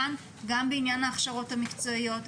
גם בעניין ההכשרות המקצועיות,